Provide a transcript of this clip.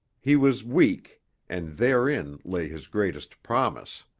he was weak and therein lay his greatest promise.